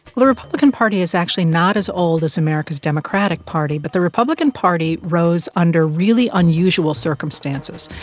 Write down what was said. the republican party is actually not as old as america's democratic party, but the republican party rose under really unusual circumstances.